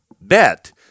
bet –